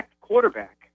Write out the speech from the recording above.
quarterback